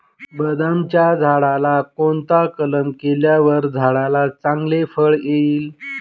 बदामाच्या झाडाला कोणता कलम केल्यावर झाडाला चांगले फळ येईल?